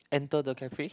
enter the cafe